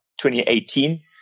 2018